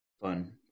fun